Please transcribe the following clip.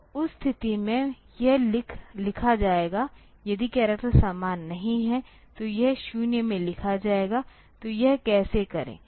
तो उस स्थिति में यह लिखा जाएगा यदि करैक्टर समान नहीं हैं तो यह 0 में लिखा जाएगा तो यह कैसे करें